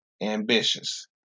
ambitious